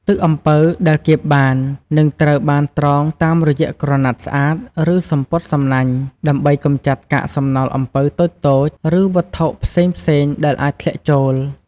ទឹកអំពៅដែលកៀបបាន នឹងត្រូវបានត្រងតាមរយៈក្រណាត់ស្អាត ឬសំពត់សំណាញ់ ដើម្បីកម្ចាត់កាកសំណល់អំពៅតូចៗ ឬវត្ថុផ្សេងៗដែលអាចធ្លាក់ចូល។